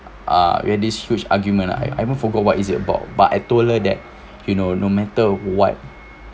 uh where this huge argument I I haven't forgot what is it about but I told her that you know no matter what